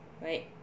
right